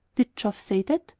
did geoff say that?